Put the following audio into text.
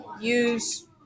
use